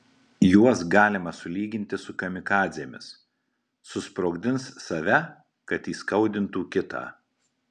juos galima sulyginti su kamikadzėmis susprogdins save kad įskaudintų kitą